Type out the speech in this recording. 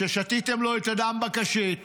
ששתיתם לו את הדם בקשית;